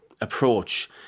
approach